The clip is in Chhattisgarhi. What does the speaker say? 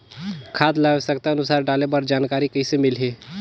खाद ल आवश्यकता अनुसार डाले बर जानकारी कइसे मिलही?